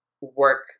work